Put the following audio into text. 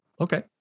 Okay